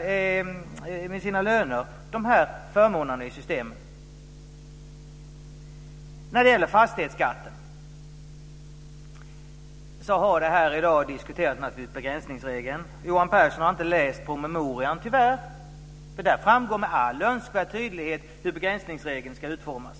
de här förmånerna i systemet med sina löner? Sedan gäller det fastighetsskatten. I dag har naturligtvis begränsningsregeln debatterats. Johan Pehrson har tyvärr inte läst promemorian. Där framgår med all önskvärd tydlighet hur begränsningsregeln ska utformas.